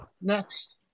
next